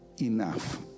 enough